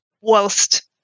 whilst